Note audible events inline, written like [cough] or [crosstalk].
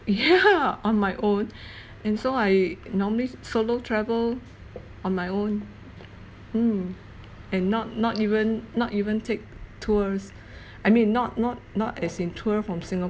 yeah on my own [breath] and so I normally solo travel on my own mm and not not even not even take tours I mean not not not as in tour from singapore